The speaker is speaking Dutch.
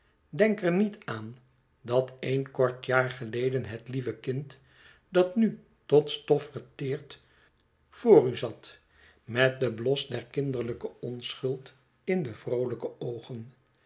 denk er niet aan dat een kortjaar geleden het lieve kind dat nu tot stof verteert voor u zat met den bios der kinderlijke onschuld in de vroolijke oogen